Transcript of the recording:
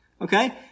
Okay